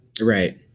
Right